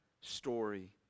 story